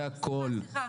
זה הכל,